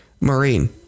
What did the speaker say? marine